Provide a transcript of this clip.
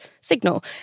signal